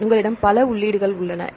எனவே உங்களிடம் பல உள்ளீடுகள் உள்ளன